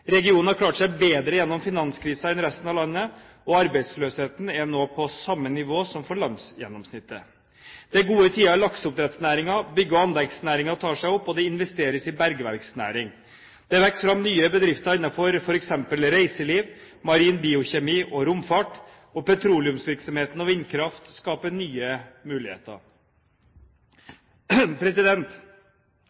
Regionen har klart seg bedre gjennom finanskrisen enn resten av landet, og arbeidsløsheten er nå på samme nivå som for landsgjennomsnittet. Det er gode tider i lakseoppdrettsnæringen. Bygg- og anleggsnæringen tar seg opp, og det investeres i bergverksnæring. Det vokser fram nye bedrifter innenfor f.eks. reiseliv, marin biokjemi og romfart. Petroleumsvirksomheten og vindkraft skaper nye muligheter.